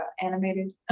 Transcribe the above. animated